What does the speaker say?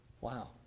Wow